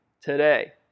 Today